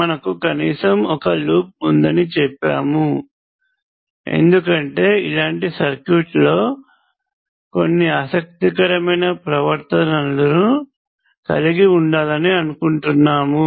మనకు కనీసం ఒక లూప్ ఉందని చెప్పాము ఎందుకంటే ఇలాంటి సర్క్యూట్లో కొన్ని ఆసక్తికరమైన ప్రవర్తనలనను కలిగి ఉండాలని అనుకుంటున్నాము